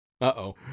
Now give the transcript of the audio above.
uh-oh